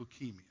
leukemia